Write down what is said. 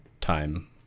time